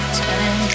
time